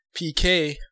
PK